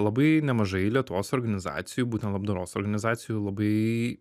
labai nemažai lietuvos organizacijų būtent labdaros organizacijų labai